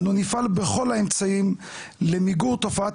אנו נפעל בכל האמצעים למיגור תופעת